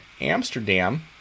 Amsterdam